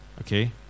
Okay